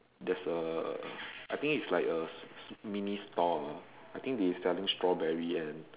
there's a I think it's like a mini stall ah I think they selling strawberry and